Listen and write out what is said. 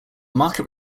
market